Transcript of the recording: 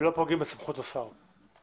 ולא פוגעים בסמכות השר.